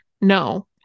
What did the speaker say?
no